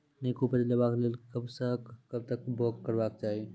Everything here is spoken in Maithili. नीक उपज लेवाक लेल कबसअ कब तक बौग करबाक चाही?